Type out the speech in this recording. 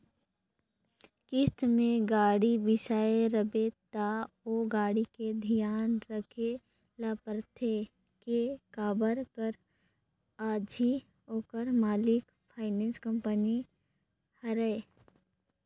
किस्ती में गाड़ी बिसाए रिबे त ओ गाड़ी के धियान राखे ल परथे के काबर कर अझी ओखर मालिक फाइनेंस कंपनी हरय